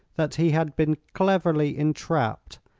that he had been cleverly entrapped,